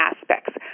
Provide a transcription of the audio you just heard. aspects